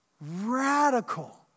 radical